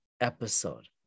episode